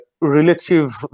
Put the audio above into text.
relative